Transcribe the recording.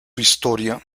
historia